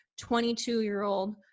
22-year-old